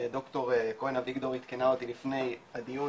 ד"ר כהן אביגדור עדכנה אותי לפני הדיון